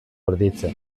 erditze